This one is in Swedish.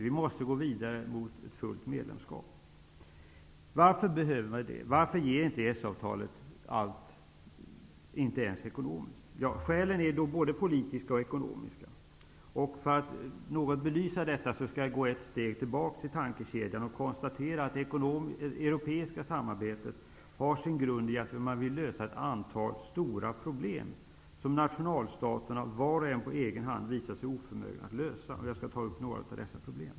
Vi måste gå vidare mot fullvärdigt medlemskap. Varför behöver vi då det? Ger oss inte EES-avtalet det vi behöver ekonomiskt? Skälen är både politiska och ekonomiska. För att något belysa detta skall jag gå tillbaka ett steg i tankekedjan. Jag kan då konstatera att det europeiska samarbetet har sin grund i att man vill lösa ett antal stora problem som nationalstaterna var och en på egen hand visat sig oförmögna att lösa. Jag skall ta upp några av dessa problem.